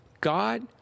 God